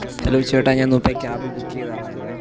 hello ചേട്ടാ ഞാൻ നുമുമ്പേ ക്യാബ് ബുക്ക് ചെയ്ത ആളായിരുന്നേ